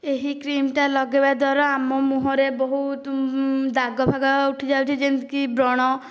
ଏହି କ୍ରିମଟା ଲଗେଇବା ଦ୍ଵାରା ଆମ ମୁହଁରେ ବହୁତ ଦାଗ ଫାଗ ଉଠିଯାଉଛି ଯେମିତିକି ବ୍ରଣ